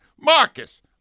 Marcus